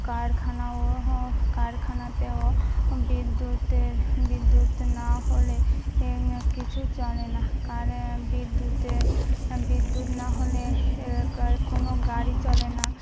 কারখানাও কারখানাতেও বিদ্যুতের বিদ্যুৎ না হলে কিছু চলে না কারে বিদ্যুতের বিদ্যুৎ নাহলে কোনো গাড়ি চলে না